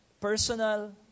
personal